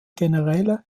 generäle